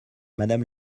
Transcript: madame